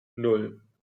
nan